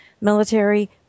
military